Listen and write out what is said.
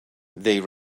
they